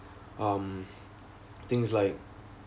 um things like